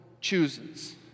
chooses